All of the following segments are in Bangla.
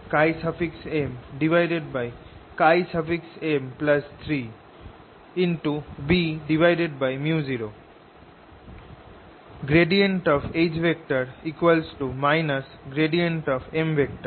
H M H M3 Hinside HappliedHdue toM Bµ0 M3 MMBµ0 MB3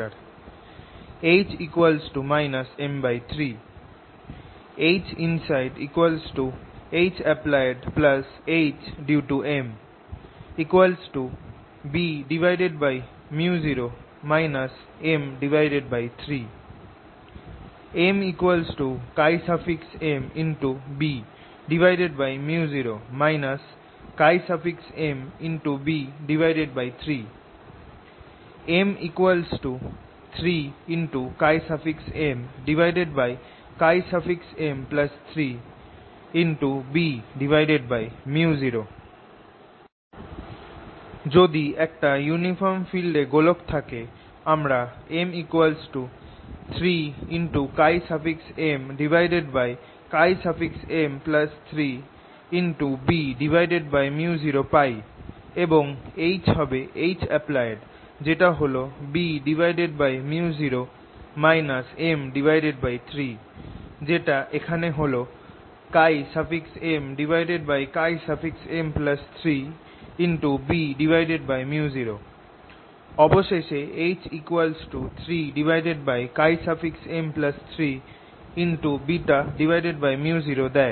M3MM3Bµ0 যদি একটা ইউনিফর্ম ফিল্ড এ গোলক থাকে আমরা M3MM3Bµ0 পাই এবং H হবে Happlied যেটা হল Bµ0 M3 যেটা এখানে হল MM3Bµ0 অবশেষে H 3M3Bµ0 দেয়